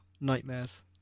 nightmares